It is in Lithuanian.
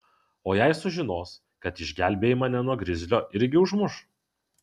o jei sužinos kad išgelbėjai mane nuo grizlio irgi užmuš